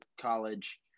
college